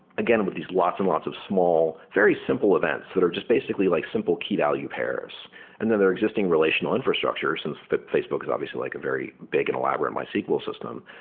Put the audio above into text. again, with these lots and lots of small very simple events that are just basically like simple key value pairs and then their existing relational infrastructure since facebook is obvious like a very big and elaborate mysql system,